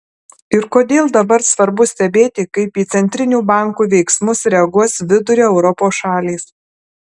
ir kodėl dabar svarbu stebėti kaip į centrinių bankų veiksmus reaguos vidurio europos šalys